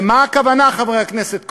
למה הכוונה, חבר הכנסת כהן?